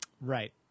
Right